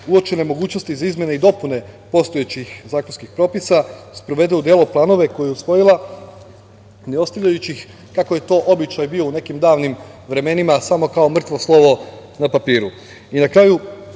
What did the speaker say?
uočene mogućnosti za izmene i dopune postojećih zakonskih propisa sprovede u delo planove koje je usvojila ne ostavljajući ih, kako je to obično i bio u nekim davnim vremenima samo kao mrtvo slovo na papiru. Na